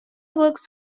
works